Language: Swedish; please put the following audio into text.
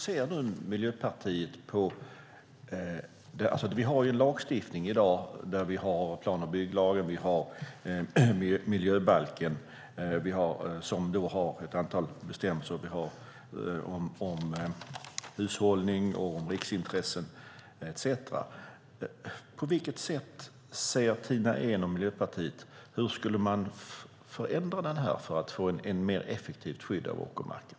Vi har ju i dag en lagstiftning med plan och bygglagen, miljöbalken med ett antal bestämmelser om hushållning, riksintressen etcetera. På vilket sätt ser Tina Ehn och Miljöpartiet att man skulle förändra lagstiftningen för att få ett mer effektivt skydd av åkermarken?